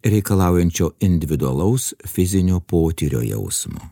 reikalaujančio individualaus fizinio potyrio jausmo